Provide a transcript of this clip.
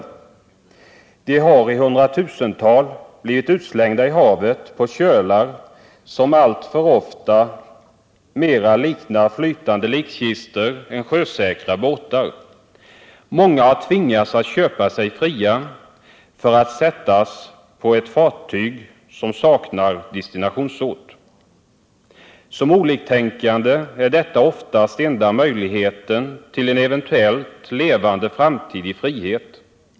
Dessa människor har i hundratusental blivit utslängda i havet, i farkoster som alltför ofta mer liknar flytande likkistor än sjösäkra båtar. Många har tvingats att köpa sig fria för att sättas på ett fartyg som saknar destinationsort. Som oliktänkande är detta oftast enda möjligheten för dem till en levande framtid i frihet.